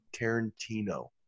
Tarantino